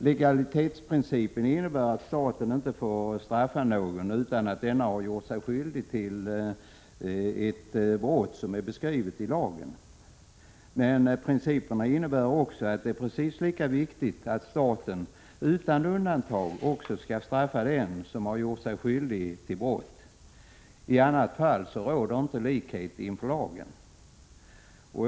Legalitetsprincipen innebär att staten inte får straffa någon utan att denne gjort sig skyldig till ett i lag beskrivet brott. Men principen innebär också — och det är precis lika viktigt — att staten utan undantag också skall straffa den som har gjort sig skyldig till brott. I annat fall råder inte likhet inför lagen.